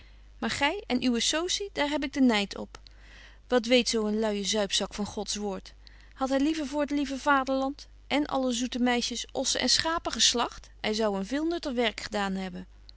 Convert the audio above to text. maar gy en uwe soci daar heb ik de nyd op wat weet zo een luije zuipzak van gods woord hadt hy liever voor t lieve vaderland en alle zoete meisjes ossen en schapen geslagt hy zou een veel nutter werk gedaan hebben